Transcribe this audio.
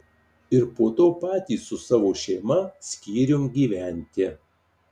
ir po to patys su savo šeima skyrium gyventi